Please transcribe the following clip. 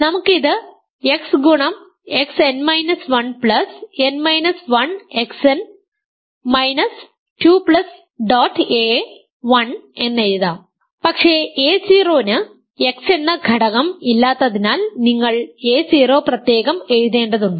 നമുക്ക് ഇത് എക്സ് ഗുണം x n 1 plus n 1 x n minus 2 plus dot a 1 എന്ന് എഴുതാം പക്ഷേ a0 ന് എക്സ് എന്ന ഘടകം ഇല്ലാത്തതിനാൽ നിങ്ങൾ a0 പ്രത്യേകം എഴുതേണ്ടതുണ്ട്